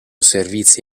servizi